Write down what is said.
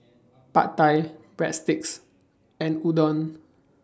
Pad Thai Breadsticks and Udon